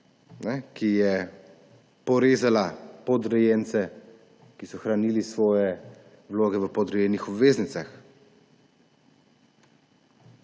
ki je porezala podrejence, ki so hranili svoje vloge v podrejenih obveznicah.